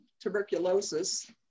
tuberculosis